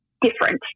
different